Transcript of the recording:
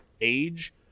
age